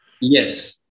Yes